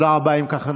אם כך,